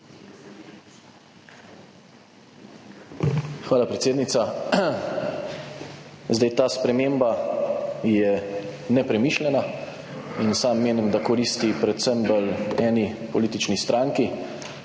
Hvala, predsednica. Ta sprememba je nepremišljena in sam menim, da koristi predvsem bolj eni politični stranki,